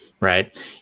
right